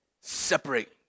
separate